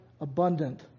abundant